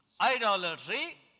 idolatry